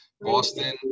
Boston